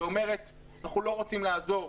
שאומרת: אנחנו לא רוצים לעזור,